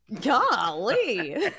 golly